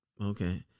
Okay